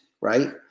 right